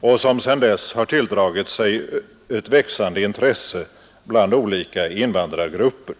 och som sedan dess har tilldragit sig ett växande intresse bland olika invandrargrupper.